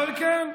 כן.